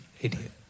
Idiot